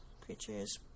creatures